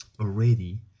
already